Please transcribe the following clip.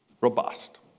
robust